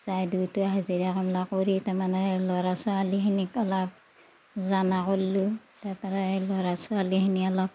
যাই দুয়োটাই হাজিৰা কামবিলাক কৰি তাৰমানে ল'ৰা ছোৱোলীখিনিক অলপ জানা কৰিলোঁ তাৰপৰাই ল'ৰা ছোৱালীখিনি অলপ